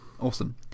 awesome